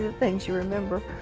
things you remember